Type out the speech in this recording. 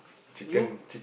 you